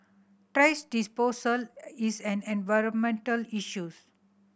thrash disposal is an environmental issues